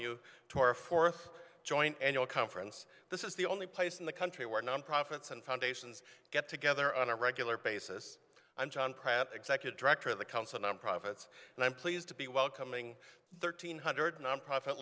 you to our fourth joint annual conference this is the only place in the country where non profits and foundations get together on a regular basis i'm john pratt executive director of the council nonprofits and i'm pleased to be welcoming thirteen hundred nonprofit